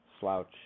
slouch